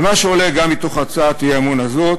ומה שעולה מתוך הצעת האי-אמון הזאת